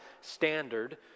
standard